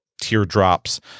teardrops